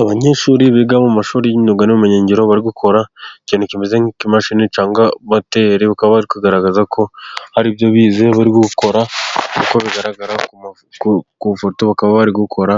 Abanyeshuri biga mu mashuri y'imyuga n'ubumenyingiro，bari gukora ikintu kimeze nk'ikimashini，cyangwa moteri， bakaba bari kugaragaza ko haribyo bize， bari gukora nk，uko bigaragara ku ifoto，bakaba bari gukora